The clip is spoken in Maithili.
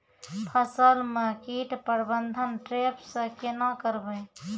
फसल म कीट प्रबंधन ट्रेप से केना करबै?